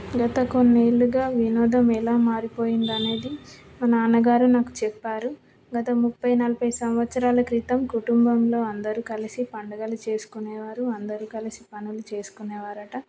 గత కొన్ని ఏళ్ళుగా వినోదం ఎలా మారిపోయింది అనేది మా నాన్నగారు నాకు చెప్పారు గత ముప్పై నలభై సంవత్సరాల క్రితం కుటుంబంలో అందరు కలిసి పండుగలు చేసుకునేవారు అందరు కలిసి పనులు చేసుకునేవారంట